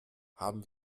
haben